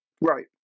Right